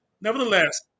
Nevertheless